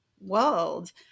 world